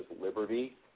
liberty